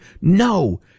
no